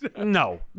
No